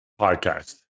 podcast